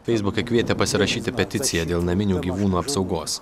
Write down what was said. feisbuke kvietė pasirašyti peticiją dėl naminių gyvūnų apsaugos